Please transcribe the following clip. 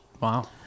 Wow